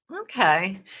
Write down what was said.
Okay